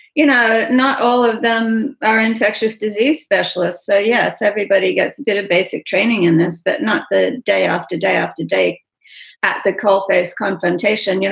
you know, not all of them are infectious disease specialists say, so yes, everybody gets a bit of basic training in this, but not the day after day after day at the coalface confrontation. you know,